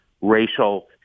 racial